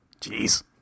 Jeez